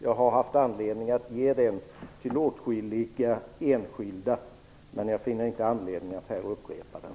Jag har haft anledning att ge den till åtskilliga enskilda, men jag finner inte anledning att här upprepa den.